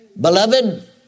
Beloved